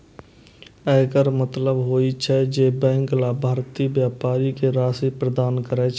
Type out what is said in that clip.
एकर मतलब होइ छै, जे बैंक लाभार्थी व्यापारी कें राशि प्रदान करै छै